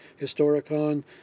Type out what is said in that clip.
Historicon